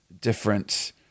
different